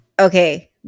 Okay